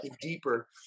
deeper